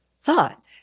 thought